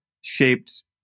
shaped